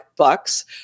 bucks